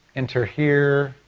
enter here,